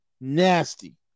Nasty